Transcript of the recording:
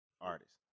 artist